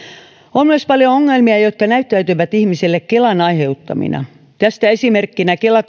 on myös paljon ongelmia jotka näyttäytyvät ihmisille kelan aiheuttamina tästä esimerkkinä kela